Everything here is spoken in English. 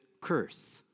Curse